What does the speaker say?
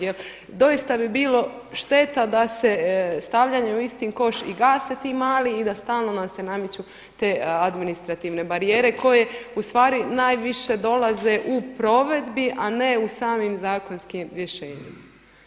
Jer doista bi bilo šteta da se stavljanjem u isti koš i gase ti mali i da stalno nam se nameću te administrativne barijere koje u stvari najviše dolaze u provedbi, a ne u samim zakonskim rješenjima.